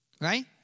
Right